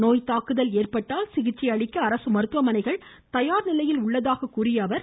நோய் தாக்குதல் ஏற்பட்டால் சிகிச்சை அளிக்க அரசு மருத்துவமனைகள் தயார் நிலையில் உள்ளதாக அவர் எடுத்துரைத்தார்